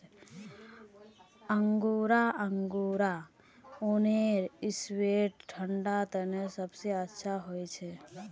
angora angora ऊनेर sweater ठंडा तने सबसे अच्छा हछे